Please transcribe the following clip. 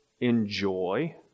enjoy